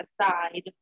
aside